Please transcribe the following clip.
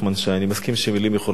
אני מסכים שמלים יכולות להרוג,